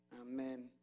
Amen